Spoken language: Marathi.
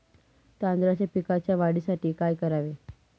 तांदळाच्या पिकाच्या वाढीसाठी काय करावे?